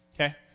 Okay